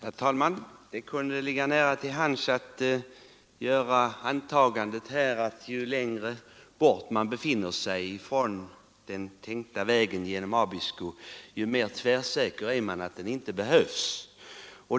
Herr talman! Det kunde ligga nära till hands att göra antagandet att ju längre bort man befinner sig från den tänkta vägen genom Abisko, desto mer tvärsäker är man på att den inte behövs.